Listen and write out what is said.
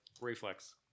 reflex